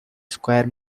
square